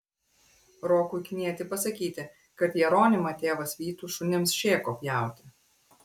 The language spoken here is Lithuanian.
rokui knieti pasakyti kad jeronimą tėvas vytų šunims šėko pjauti